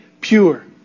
pure